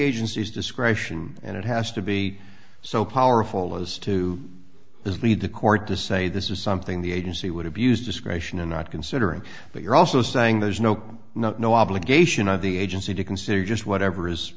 agency's discretion and it has to be so powerful as to this lead the court to say this is something the agency would have used discretion in not considering but you're also saying there's no not no obligation of the agency to consider just whatever is